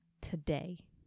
today